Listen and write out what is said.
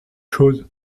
chose